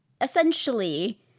essentially